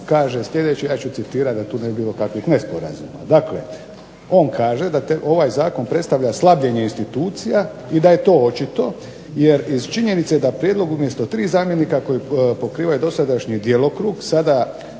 kaže sljedeće, ja ću citirati da tu ne bi bilo kakvih nesporazuma. Dakle, on kaže da ovaj zakon predstavlja slabljenje institucija i da je to očito jer iz činjenice da prijedlog umjesto tri zamjenika koji pokrivaju dosadašnji djelokrug sada